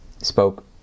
spoke